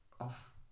off